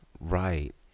right